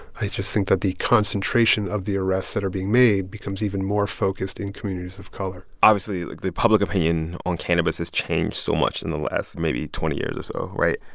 i just think that the concentration of the arrests that are being made becomes even more focused in communities of color obviously, like the public opinion on cannabis has changed so much in the last, maybe, twenty years or so. right?